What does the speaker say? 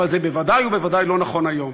אבל זה בוודאי ובוודאי לא נכון היום.